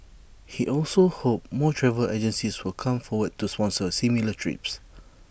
he also hoped more travel agencies would come forward to sponsor similar trips